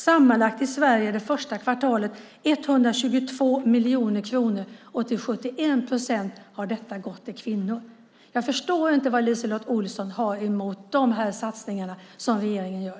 Sammanlagt i Sverige är det 122 miljoner kronor för det första kvartalet, och till 71 procent har detta gått till kvinnor. Jag förstår inte vad LiseLotte Olsson har emot dessa satsningar som regeringen gör.